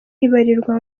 ibarirwa